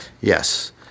Yes